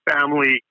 family